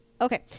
Okay